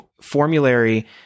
formulary